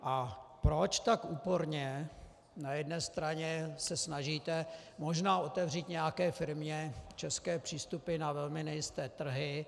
A proč tak úporně na jedné straně se snažíte možná otevřít nějaké české firmě přístupy na velmi nejisté trhy.